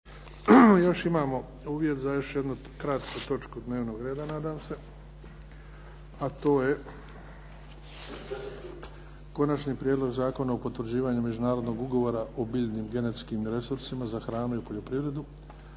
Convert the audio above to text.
Još imamo uvjet za još jednu kratku točku dnevnog reda nadam se. - Konačni prijedlog zakona o potvrđivanju Međunarodnog ugovora o biljnim genetskim resursima za hranu i poljoprivredu,